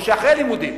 או שאחרי לימודים,